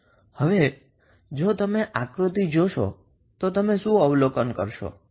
હવે જો તમે આકૃતિ જોશો તો તમે શું અવલોકન કરશો